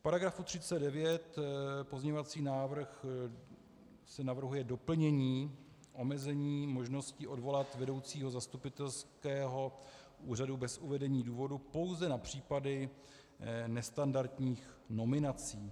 V § 39 pozměňovací návrh navrhuje doplnění omezení možnosti odvolat vedoucího zastupitelského úřadu bez uvedení důvodu pouze na případy nestandardních nominací.